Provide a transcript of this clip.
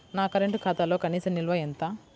నా కరెంట్ ఖాతాలో కనీస నిల్వ ఎంత?